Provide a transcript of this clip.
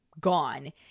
gone